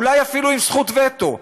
אולי אפילו עם זכות וטו.